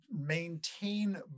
maintain